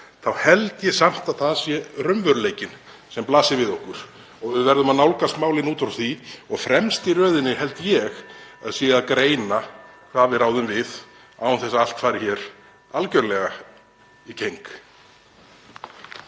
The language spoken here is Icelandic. þá held ég samt að það sé raunveruleikinn sem blasir við okkur og við verðum að nálgast málin út frá því. Og fremst í röðinni held ég að sé að greina hvað við ráðum við án þess að allt fari hér algerlega í keng.